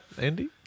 Andy